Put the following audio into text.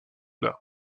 bas